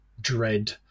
dread